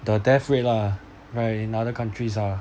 the death rate lah right in other countries are